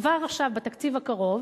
כבר עכשיו בתקציב הקרוב,